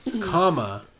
Comma